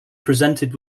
presented